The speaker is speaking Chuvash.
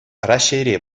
раҫҫейре